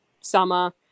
summer